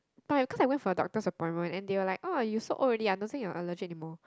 but because I went for doctor's appointment and they were like oh you so old already nothing you will allergy anymore